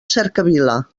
cercavila